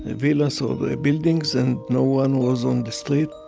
villas or their buildings and no one was on the street.